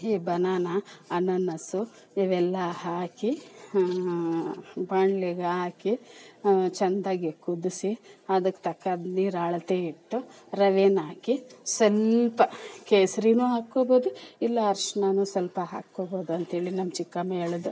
ಈ ಬನಾನಾ ಅನಾನಸ್ಸು ಇವೆಲ್ಲ ಹಾಕಿ ಬಾಣ್ಲಿಗೆ ಹಾಕಿ ಚೆಂದಾಗಿ ಕುದಿಸಿ ಅದಕ್ಕೆ ತಕ್ಕಾಗ ನೀರು ಅಳತೆ ಇಟ್ಟು ರವೇನ ಹಾಕಿ ಸ್ವಲ್ಪ ಕೇಸರಿಯೂ ಹಾಕ್ಕೊಳ್ಬೋದು ಇಲ್ಲ ಅರಶಿನನೂ ಸ್ವಲ್ಪ ಹಾಕ್ಕೊಳ್ಬೋದು ಅಂಥೇಳಿ ನಮ್ಮ ಚಿಕ್ಕಮ್ಮ ಹೇಳ್ದೆ